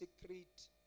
secret